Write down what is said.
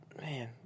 man